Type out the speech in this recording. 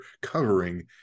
covering